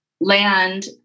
land